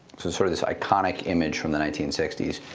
it's sort of this iconic image from the nineteen sixty s.